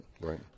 right